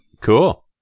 Cool